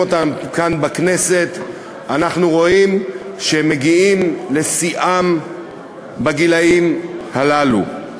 אותם כאן בכנסת אנחנו רואים שהם מגיעים לשיאם בגילים הללו.